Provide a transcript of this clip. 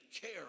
care